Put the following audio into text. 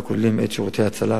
הכוללים שירותי הצלה,